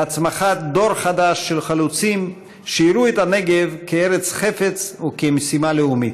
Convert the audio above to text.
בהצמחת דור חדש של חלוצים שׁיראו את הנגב כארץ חפץ וכמשימה לאומית,